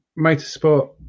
motorsport